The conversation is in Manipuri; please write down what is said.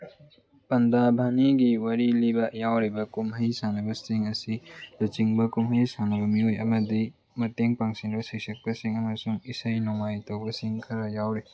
ꯄꯟꯗꯥꯚꯥꯅꯤꯒꯤ ꯋꯥꯔꯤ ꯂꯤꯕ ꯌꯥꯎꯔꯤꯕ ꯀꯨꯝꯍꯩ ꯁꯥꯟꯅꯕꯁꯤꯡ ꯑꯁꯤ ꯂꯨꯆꯤꯡꯕ ꯀꯨꯝꯍꯩ ꯁꯥꯟꯅꯕ ꯃꯤꯑꯣꯏ ꯑꯃꯗꯤ ꯃꯇꯦꯡ ꯄꯥꯡꯁꯤꯟꯕ ꯁꯩꯁꯛꯄꯁꯤꯡ ꯑꯃꯁꯨꯡ ꯏꯁꯩ ꯅꯣꯡꯃꯥꯏ ꯇꯧꯕꯁꯤꯡ ꯈꯔ ꯌꯥꯎꯔꯤ